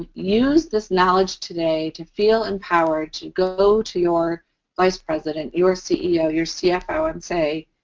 use this knowledge today to feel empowered to go to your vice president, your ceo, your cfo and say,